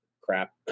crap